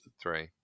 three